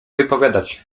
wypowiadać